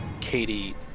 katie